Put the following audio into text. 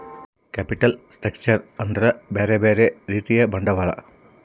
capital structure ಅಂದ್ರ ಬ್ಯೆರೆ ಬ್ಯೆರೆ ರೀತಿಯ ಬಂಡವಾಳ